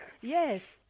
Yes